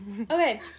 Okay